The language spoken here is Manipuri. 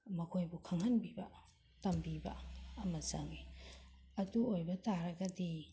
ꯃꯈꯣꯏꯕꯨ ꯈꯪꯍꯟꯕꯤꯕ ꯇꯝꯕꯤꯕ ꯑꯃ ꯆꯪꯉꯤ ꯑꯗꯨ ꯑꯣꯏꯕ ꯇꯥꯔꯒꯗꯤ